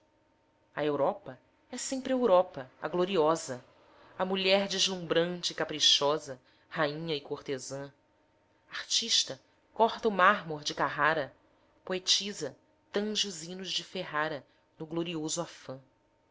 a europa é sempre europa a gloriosa a mulher deslumbrante e caprichosa rainha e cortesã artista corta o mármor de carrara poetisa tange os hinos de ferrara no glorioso afã